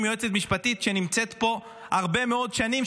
יועצת משפטית שנמצאת פה הרבה מאוד שנים,